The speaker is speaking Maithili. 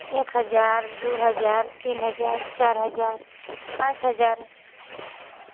एक हजार दू हजार तीन हजार चार हजार पाँच हजार